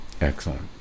excellent